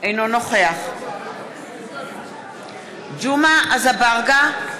אינו נוכח ג'מעה אזברגה,